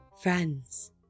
Friends